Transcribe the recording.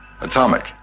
Atomic